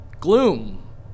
gloom